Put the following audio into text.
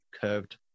curved